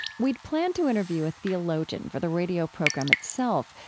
we had planned to interview a theologian for the radio program itself,